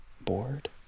bored